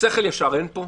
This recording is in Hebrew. שכל ישר אין פה,